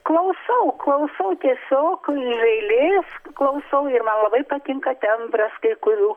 klausau klausau tiesiog eilės klausau ir man labai patinka tembras kai kurių